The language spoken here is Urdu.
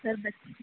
سر بس